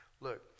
Look